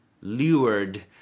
Lured